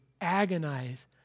Agonize